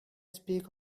speak